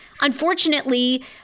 unfortunately